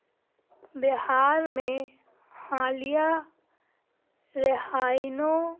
بہار میں حالیہ رہائیوں